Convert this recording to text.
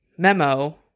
Memo